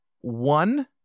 one